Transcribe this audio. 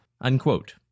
unquote